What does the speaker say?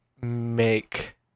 make